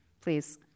please